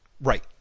Right